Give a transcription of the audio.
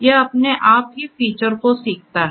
यह अपने आप ही फीचर को सीखता है